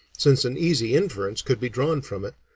since an easy inference could be drawn from it,